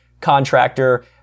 contractor